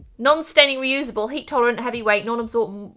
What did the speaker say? non-staining reusable heat tolerant heavy weight non-absorbent.